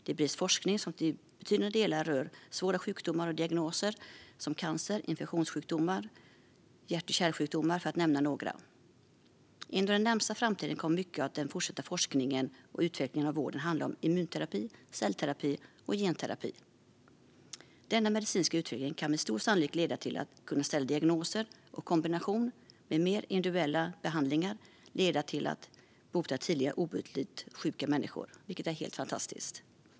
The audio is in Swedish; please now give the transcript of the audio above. Det bedrivs forskning som till betydande delar rör svåra sjukdomar och diagnoser som cancer, infektionssjukdomar och hjärt-kärlsjukdomar, för att nämna några. Inom den närmaste framtiden kommer mycket av den fortsatta forskningen och utvecklingen av vården att handla om immunterapi, cellterapi och genterapi. Denna medicinska utveckling kan med stor sannolikhet leda till att vi kommer att kunna ställa diagnoser och med mer individuella behandlingar bota tidigare obotligt sjuka människor, vilket är helt fantastiskt.